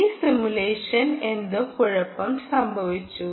ഈ സിമുലേഷനിൽ എന്തോ കുഴപ്പം സംഭവിച്ചു